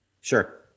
Sure